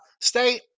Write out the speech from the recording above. stay